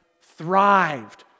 thrived